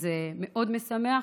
וזה מאוד משמח.